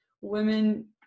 women